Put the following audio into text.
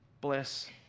bless